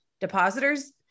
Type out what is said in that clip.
depositors